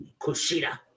Kushida